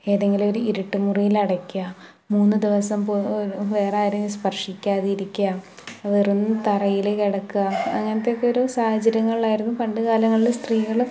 ഏതെങ്കിലുമൊരു ഇരുട്ടുമുറിയിലടയ്ക്കുക മൂന്നുദിവസം പോ വേറാരെയും സ്പര്ശിക്കാതിരിയ്ക്കുക വെറും തറയിൽ കിടക്കുക അങ്ങനത്തെയൊക്കെയൊരു സാഹചര്യങ്ങളിലായിരുന്നു പണ്ടു കാലങ്ങളിൽ സ്ത്രീകൾ